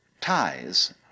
ties